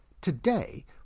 Today